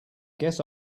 guess